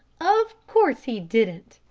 of course he didn't!